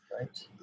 right